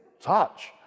Touch